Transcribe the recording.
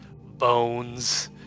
bones